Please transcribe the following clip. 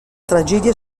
tragedia